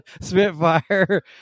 Spitfire